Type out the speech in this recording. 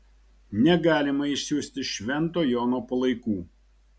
negalima išsiųsti švento jono palaikų